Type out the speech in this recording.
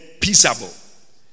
peaceable